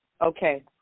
Okay